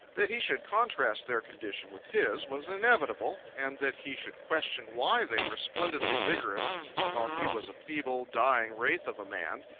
that he should contrast their condition with his was inevitable and that he should question why they were splendidly vigorous while he was a feeble, dying wraith of a man,